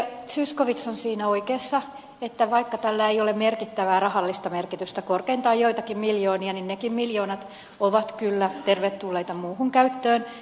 zyskowicz on siinä oikeassa että vaikka tällä ei ole merkittävää rahallista merkitystä korkeintaan joitakin miljoonia niin nekin miljoonat ovat kyllä tervetulleita muuhun käyttöön